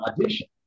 audition